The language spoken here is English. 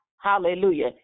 Hallelujah